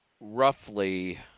roughly